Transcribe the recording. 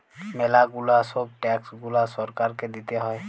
ম্যালা গুলা ছব ট্যাক্স গুলা সরকারকে দিতে হ্যয়